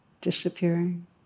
disappearing